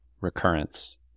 recurrence